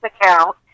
account